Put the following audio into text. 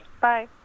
Bye